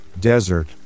desert